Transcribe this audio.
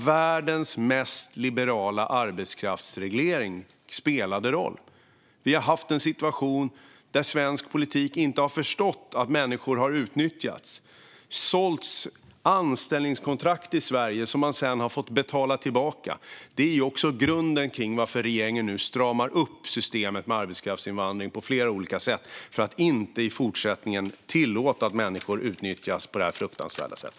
Världens mest liberala arbetskraftsreglering spelade en roll. Det har varit en situation där svensk politik inte har förstått att människor har utnyttjats. Det har sålts anställningskontrakt i Sverige, som man sedan har fått betala tillbaka. Det är också grunden till varför regeringen nu stramar upp systemet med arbetskraftsinvandring på flera olika sätt så att människor i fortsättningen inte tillåts utnyttjas på detta fruktansvärda sätt.